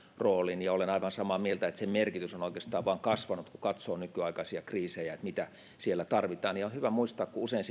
roolin ja olen aivan samaa mieltä että sen merkitys on oikeastaan vain kasvanut kun katsoo nykyaikaisia kriisejä sitä mitä siellä tarvitaan ja on hyvä muistaa kun usein